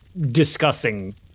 discussing